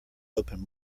open